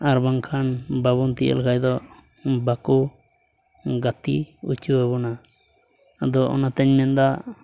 ᱟᱨ ᱵᱟᱝᱠᱷᱟᱱ ᱵᱟᱵᱚᱱ ᱛᱤᱭᱳᱜ ᱞᱮᱠᱷᱟᱱ ᱫᱚ ᱵᱟᱠᱚ ᱜᱟᱹᱛᱤ ᱦᱚᱪᱚᱣᱟᱵᱚᱱᱟ ᱟᱫᱚ ᱚᱱᱟᱛᱤᱧ ᱢᱮᱱᱫᱟ